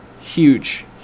Huge